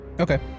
Okay